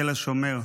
תל השומר,